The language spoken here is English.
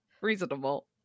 Reasonable